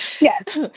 Yes